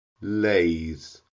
lays